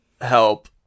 help